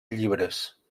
llibres